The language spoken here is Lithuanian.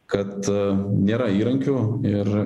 kad nėra įrankių ir